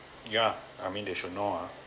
yeah I mean they should know ah